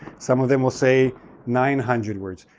some of them will say nine hundred words.